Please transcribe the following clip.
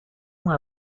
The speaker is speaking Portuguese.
uma